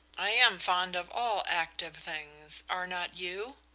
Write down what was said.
i am fond of all active things. are not you?